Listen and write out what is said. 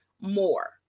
more